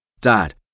Dad